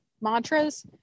Mantras